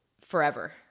forever